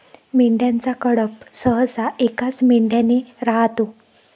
मेंढ्यांचा कळप सहसा एकाच मेंढ्याने राहतो